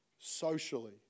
socially